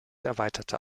erweiterte